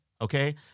okay